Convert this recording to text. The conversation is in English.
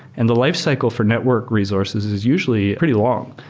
and the lifecycle for network resources is usually pretty long.